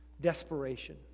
desperation